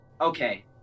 Okay